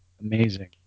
amazing